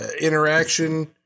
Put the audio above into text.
interaction